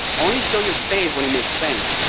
only show your face when it makes sense,